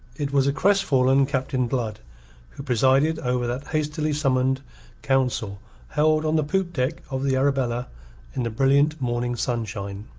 it was a crestfallen captain blood who presided over that hastily summoned council held on the poop-deck of the arabella in the brilliant morning sunshine.